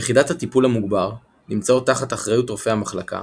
יחידת הטיפול המוגבר נמצאות תחת אחריות רופאי המחלקה,